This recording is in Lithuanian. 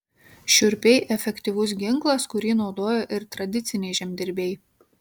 šiurpiai efektyvus ginklas kurį naudojo ir tradiciniai žemdirbiai